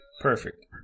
Perfect